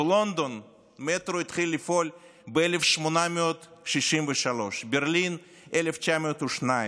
בלונדון המטרו התחיל לפעול ב-1863, בברלין, 1902,